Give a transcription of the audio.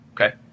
Okay